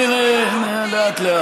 אין לך על המרכולים.